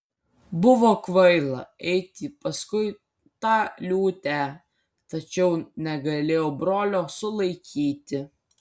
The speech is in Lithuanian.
buvo kvaila eiti paskui tą liūtę tačiau negalėjau brolio sulaikyti